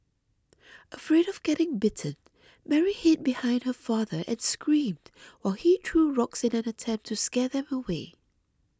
afraid of getting bitten Mary hid behind her father and screamed while he threw rocks in an attempt to scare them away